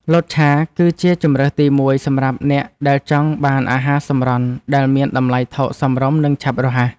លតឆាគឺជាជម្រើសទីមួយសម្រាប់អ្នកដែលចង់បានអាហារសម្រន់ដែលមានតម្លៃថោកសមរម្យនិងឆាប់រហ័ស។